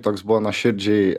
toks buvo nuoširdžiai